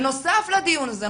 בנוסף לדיון הזה,